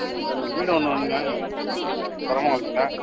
ம் சரி வீடு ஒன்று வேணுங்க செரமங்கலத்தில்